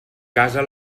casa